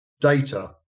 data